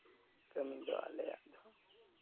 ᱠᱟᱹᱢᱤ ᱫᱚ ᱟᱞᱮᱭᱟᱜ